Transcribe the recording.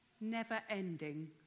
never-ending